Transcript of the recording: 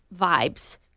vibes